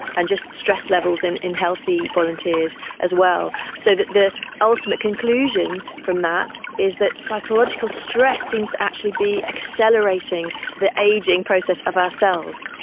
and just stress levels and in healthy volunteers as well. so the ultimate conclusion from that is that psychological stress seems to actually be accelerating the ageing process of our cells.